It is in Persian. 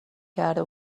کرده